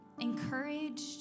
encouraged